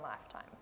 lifetime